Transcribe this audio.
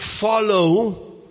follow